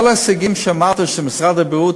כל ההישגים שציינת של משרד הבריאות,